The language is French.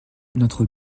notre